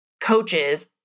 coaches